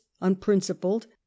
unprincipled